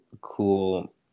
cool